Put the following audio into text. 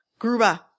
Gruba